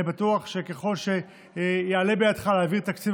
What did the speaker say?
אני בטוח שככל שיעלה בידך להעביר את תקציב